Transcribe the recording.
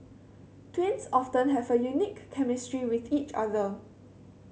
twins often have a unique chemistry with each other